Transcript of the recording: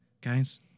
guys